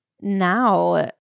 now